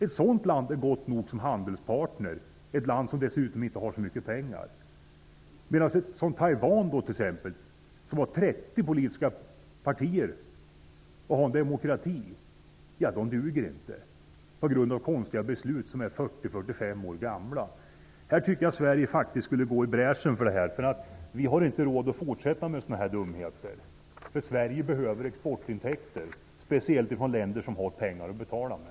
Ett sådant land är gott nog som handelspartner, ett land som dessutom inte har så mycket pengar. Taiwan däremot har 30 politiska partier och demokrati. Men det landet duger inte på grund av konstiga beslut som är 40--45 år gamla. Sverige borde gå i bräschen för Taiwan. Sverige har nämligen inte råd att fortsätta med sådana här dumheter. Sverige behöver nämligen exportintäkter, speciellt från länder som har pengar att betala med.